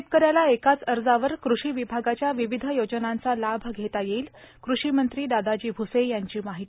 शेतकऱ्याला एकाच अर्जावर कृषी विभागाच्या विविध योजनांचा लाभ घेता येईल कृषिमंत्री दादाजी भ्से यांची माहिती